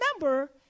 remember